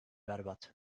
berbat